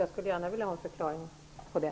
Jag skulle gärna vilja ha en förklaring till det.